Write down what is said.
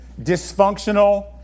dysfunctional